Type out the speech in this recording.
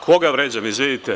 Koga vređam, izvinite?